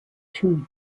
two